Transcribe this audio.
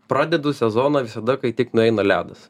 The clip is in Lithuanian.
pradedu sezoną visada kai tik nueina ledas